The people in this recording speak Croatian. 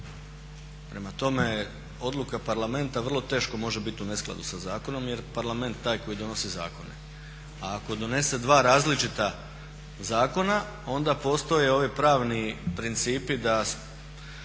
Prema tome, odluka parlamenta vrlo teško može biti u neskladu sa zakonom jer je parlament taj koji donosi zakone. A ako donese dva različita zakona onda postoje ovi principi da